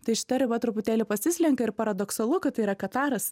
tai šita riba truputėlį pasislenka ir paradoksalu kad yra kataras